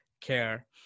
care